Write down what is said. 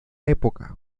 época